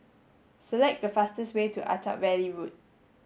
select the fastest way to Attap Valley Road